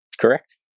Correct